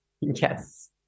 Yes